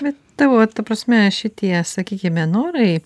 bet tavo ta prasme šitie sakykime norai